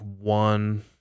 one